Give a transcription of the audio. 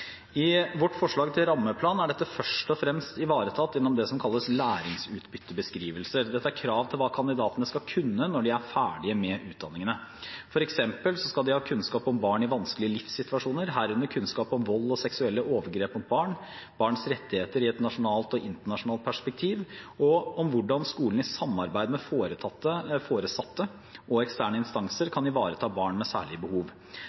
I vårt forslag til rammeplan er dette først og fremst ivaretatt gjennom det som kalles læringsutbyttebeskrivelser. Dette er krav til hva kandidatene skal kunne når de er ferdige med utdanningene. For eksempel skal de ha kunnskap om barn i vanskelige livssituasjoner, herunder kunnskap om vold og seksuelle overgrep mot barn, barns rettigheter i et nasjonalt og internasjonalt perspektiv og om hvordan skolen i samarbeid med foresatte og eksterne instanser kan ivareta barn med særlige behov.